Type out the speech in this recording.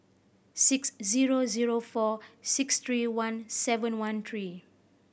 six zero zero four six three one seven one three